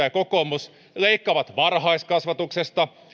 ja kokoomus leikkaavat varhaiskasvatuksesta